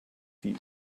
die